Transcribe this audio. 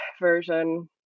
version